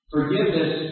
Forgiveness